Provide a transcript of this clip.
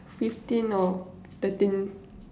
fifteen or thirteen